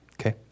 Okay